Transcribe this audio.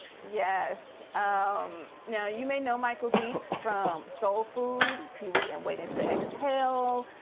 yes. um now, you may know michael beach from soul food. he was in waiting to exhale.